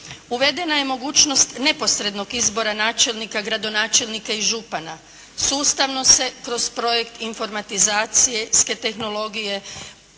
Uvedena je mogućnost neposrednog izbora načelnika, gradonačelnika i župana. Sustavno se kroz projekt informatizacijske tehnologije,